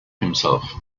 himself